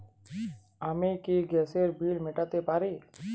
আমি কি গ্যাসের বিল মেটাতে পারি?